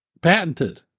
Patented